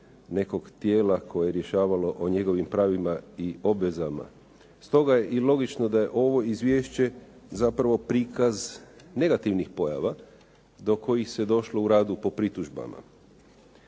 nekog tijela koje je rješavalo o njegovim pravima i obvezama. Stoga je i logično da je ovo izvješće zapravo prikaz negativnih pojava do kojih se došlo u radu po pritužbama.